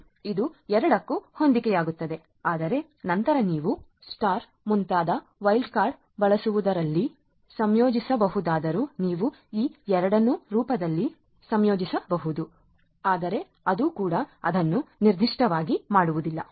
ಇದು ಎರಡಕ್ಕೂ ಹೊಂದಿಕೆಯಾಗುತ್ತದೆ ಆದರೆ ನಂತರ ನೀವು ಸ್ಟಾರ್ ಮುಂತಾದ ವೈಲ್ಡ್ ಕಾರ್ಡ್ ಬಳಸುವುದರಲ್ಲಿ ಸಂಯೋಜಿಸಬಹುದಾದರೂ ನೀವು ಈ ಎರಡನ್ನು ರೂಪದಲ್ಲಿ ಸಂಯೋಜಿಸಬಹುದು ಒಂದು ನಿಯಮದ ಆದರೆ ಅದು ಕೂಡ ಅದನ್ನು ನಿರ್ದಿಷ್ಟವಾಗಿ ಮಾಡುವುದಿಲ್ಲ